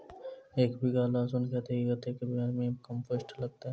एक बीघा लहसून खेती मे कतेक बर्मी कम्पोस्ट लागतै?